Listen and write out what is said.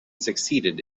succeeded